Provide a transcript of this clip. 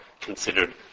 considered